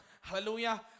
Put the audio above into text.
Hallelujah